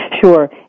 Sure